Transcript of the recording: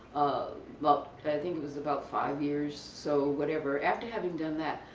but i think it was about five years, so whatever, after having done that,